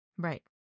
Right